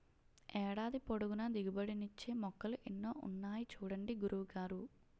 ఏడాది పొడుగునా దిగుబడి నిచ్చే మొక్కలు ఎన్నో ఉన్నాయి చూడండి గురువు గారు